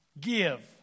give